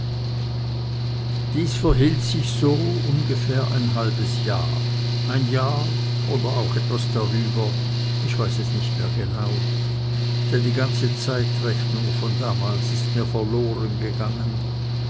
dies verhielt sich so ungefähr ein halbes jahr ein jahr oder auch etwas darüber ich weiß es nicht mehr genau denn die ganze zeitrechnung von damals ist mir